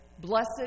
Blessed